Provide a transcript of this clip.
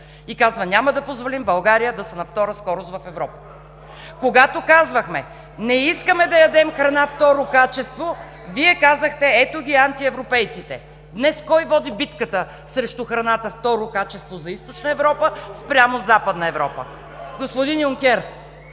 и казва: „Няма да позволим България да са на втора скорост в Европа. Когато казвахме: „Не искаме да ядем храна второ качество“, Вие казахте: „Ето ги антиевропейците“. Днес кой води битката срещу храната второ качество за Източна Европа спрямо Западна Европа? – Господин Юнкер.